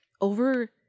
over